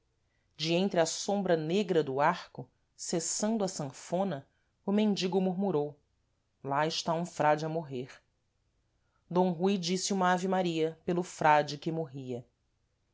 de entre a sombra negra do arco cessando a sanfona o mendigo murmurou lá está um frade a morrer d rui disse uma ave-maria pelo frade que morria